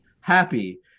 happy